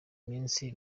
iminsi